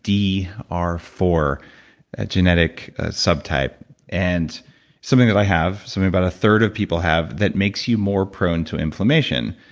d r four genetic subtype and something that i have, something about a third of people have that makes you more prone to inflammation.